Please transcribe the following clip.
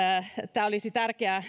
tämä olisi kuitenkin tärkeää